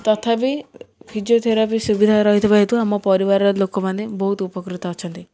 ତଥାପି ଫିଜିଓଥେରାପି ସୁବିଧା ରହିଥିବା ହେତୁ ଆମ ପରିବାରର ଲୋକମାନେ ବହୁତ ଉପକୃତ ଅଛନ୍ତି